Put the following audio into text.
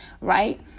right